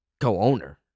co-owner